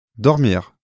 Dormir